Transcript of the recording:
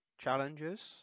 challenges